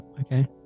okay